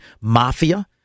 mafia